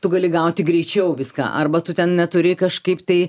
tu gali gauti greičiau viską arba tu ten neturi kažkaip tai